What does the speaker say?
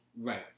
Right